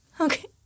okay